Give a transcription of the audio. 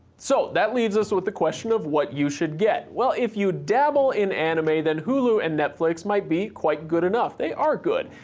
so, that leaves us with the question of what you should get. well, if you dabble in anime, then hulu and netflix might be quite good enough, they are good,